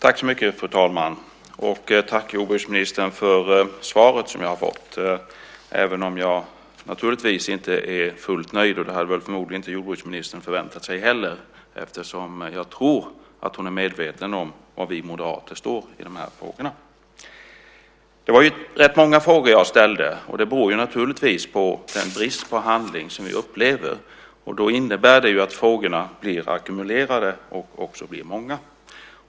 Fru talman! Jag tackar jordbruksministern för det svar som jag har fått, även om jag naturligtvis inte är fullt nöjd. Det hade förmodligen jordbruksministern inte förväntat sig heller. Jag tror att hon är medveten om var vi moderater står i de här frågorna. Det var rätt många frågor som jag ställde. Det beror naturligtvis på den brist på handling som vi upplever. Då innebär det att frågorna blir ackumulerade och många.